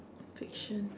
fiction